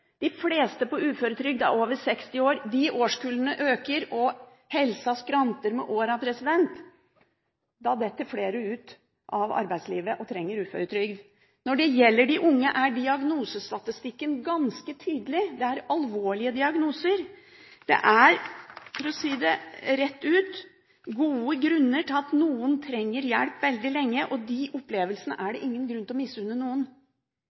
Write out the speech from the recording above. De fleste på uføretrygd er over 60 år. De årskullene øker, og helsa skranter med åra. Da detter flere ut av arbeidslivet og trenger uføretrygd. Når det gjelder de unge, er diagnosestatistikken ganske tydelig, det er alvorlige diagnoser. Det er – for å si det rett ut – gode grunner til at noen trenger hjelp veldig lenge, og de opplevelsene er det ingen grunn til å misunne noen.